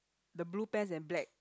the blue pants and black